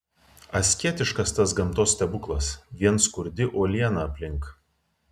asketiškas tas gamtos stebuklas vien skurdi uoliena aplink